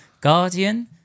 Guardian